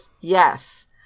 Yes